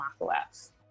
macOS